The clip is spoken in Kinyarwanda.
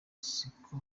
siko